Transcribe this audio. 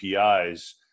apis